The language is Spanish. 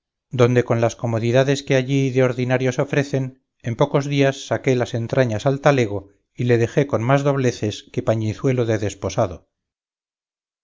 donde con las comodidades que allí de ordinario se ofrecen en pocos días saqué las entrañas al talego y le dejé con más dobleces que pañizuelo de desposado